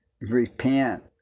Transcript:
repent